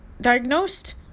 diagnosed